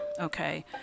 okay